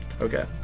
Okay